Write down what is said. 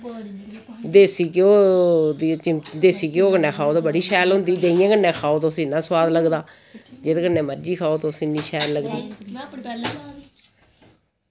देसी घ्यो दी देसी घ्यो कन्नै खाओ ते बड़ी शैल होंदी देहिये कन्नै खाओ तुस इन्ना सोआद लगदा जेह्दे कन्नै मर्जी खाओ तुस इन्नी शैल लगदी